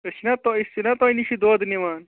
ژےٚ چھےٚ نا تۅہہِ أسۍ چھِناہ تۄہہِ نِشی دۄد نِوان